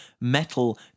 metal